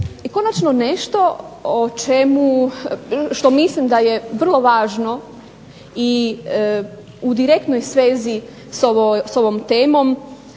I konačno nešto o čemu, što mislim da je vrlo važno i u direktnoj svezi sa ovom temom